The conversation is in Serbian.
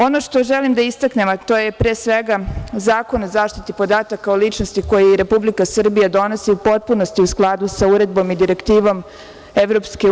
Ono što želim da istaknem, a to je pre svega Zakon o zaštiti podataka o ličnosti koji Republika Srbija donosi u potpunosti u skladu sa uredbom i direktivom EU.